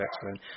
excellent